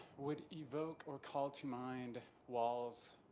would evoke or call to mind walls,